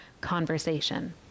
conversation